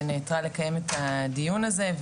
שנעתרה לקיים את הדיון הזה,